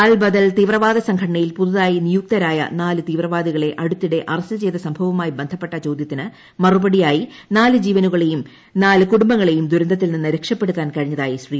അൽ ബദൽ തീവ്രവാദ സംഘടനയിൽ പുതുതായി നിയുക്തരായ നാല് തീവ്രവാദികളെ അടുത്തിടെ അറസ്റ്റ് ചെയ്ത സംഭവവുമായി ബന്ധപ്പെട്ട ചോദ്യത്തിന് മറുപടിയായി നാല് ജീവനുകളെയും നാല് കുടുംബങ്ങളെയും ദ്യൂർത്തിൽ നിന്ന് രക്ഷപ്പെടുത്താൻ കഴിഞ്ഞതായി ശ്രീ